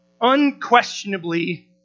unquestionably